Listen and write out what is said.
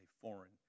foreign